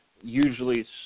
Usually